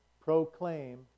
proclaim